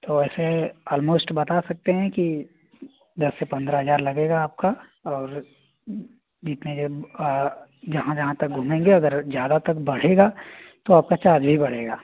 तो वैसे आलमोस्ट बता सकते हैं कि दस से पन्द्रा हजार लगेगा आपका और जितनी देर जहाँ जहाँ तक घूमेंगे अगर ज़्यादा तक बढ़ेगा तो आपका चार्ज भी बढ़ेगा